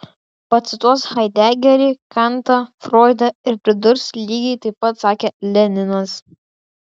pacituos haidegerį kantą froidą ir pridurs lygiai taip pat sakė leninas